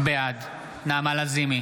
בעד נעמה לזימי,